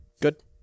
Good